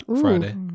Friday